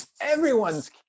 everyone's